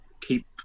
keep